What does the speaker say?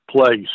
place